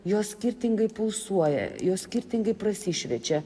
jos skirtingai pulsuoja jos skirtingai prasišviečia